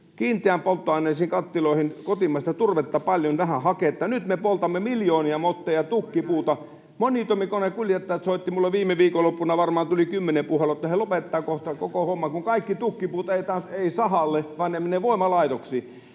kiinteän polttoaineen kattiloihin, kotimaista turvetta paljon, vähän haketta. Nyt me poltamme miljoonia motteja tukkipuuta. Monitoimikoneiden kuljettajat soittivat minulle viime viikonloppuna — varmaan tuli kymmenen puhelua — että he lopettavat kohta koko homman, kun kaikki tukkipuut ajetaan ei sahalle vaan ne menevät voimalaitoksiin.